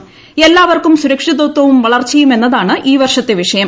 എല്ലാവർക്കും സുരക്ഷിതത്വവും വളർച്ച്യും എന്നതാണ് ഈ വർഷത്തെ വിഷയം